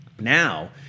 Now